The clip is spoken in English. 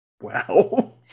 Wow